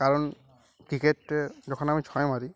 কারণ ক্রিকেটে যখন আমি ছয় মারি